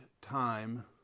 time